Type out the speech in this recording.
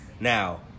Now